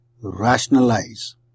rationalize